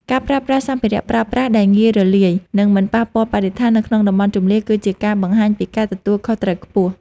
ការប្រើប្រាស់សម្ភារៈប្រើប្រាស់ដែលងាយរលាយ និងមិនប៉ះពាល់បរិស្ថាននៅក្នុងតំបន់ជម្លៀសគឺជាការបង្ហាញពីការទទួលខុសត្រូវខ្ពស់។